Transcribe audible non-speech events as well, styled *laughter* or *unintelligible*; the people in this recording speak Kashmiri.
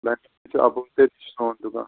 *unintelligible*